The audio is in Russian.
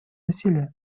насилие